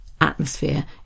atmosphere